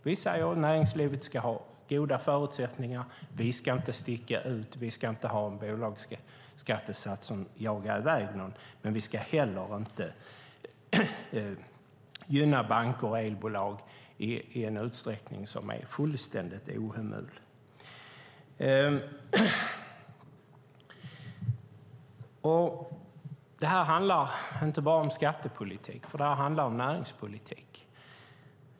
Vi säger att näringslivet ska ha goda förutsättningar. Sverige ska inte sticka ut. Vi ska inte ha en bolagsskattesats som jagar i väg någon, men vi ska inte heller gynna banker och elbolag i en utsträckning som är fullständigt ohemul. Detta handlar inte bara om skattepolitik. Det handlar om näringspolitik.